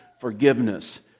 forgiveness